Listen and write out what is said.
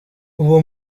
uwo